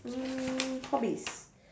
mm hobbies